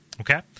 okay